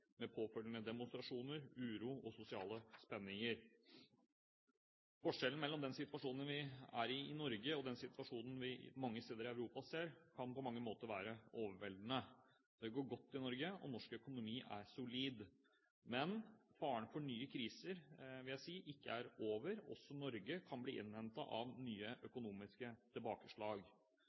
med påfølgende demonstrasjoner, uro og sosiale spenninger. Forskjellen mellom den situasjonen vi er i i Norge, og den situasjonen vi ser mange steder i Europa, kan på mange måter være overveldende. Det går godt i Norge, og norsk økonomi er solid. Men faren for nye kriser vil jeg si ikke er over, også Norge kan bli innhentet av nye økonomiske tilbakeslag.